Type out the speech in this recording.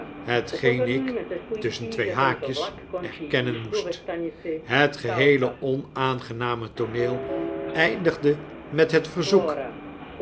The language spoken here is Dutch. hetgeen ik tusschen twee haakjes erkennen moest het geheele onaangename tooneel eindigde met het verzoek